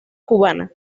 cubana